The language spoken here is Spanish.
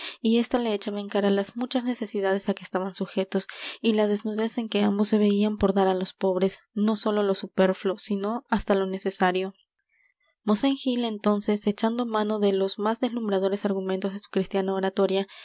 y ésta le echaba en cara las muchas necesidades á que estaban sujetos y la desnudez en que ambos se veían por dar á los pobres no sólo lo superfluo sino hasta lo necesario mosén gil entonces echando mano de los más deslumbradores argumentos de su cristiana oratoria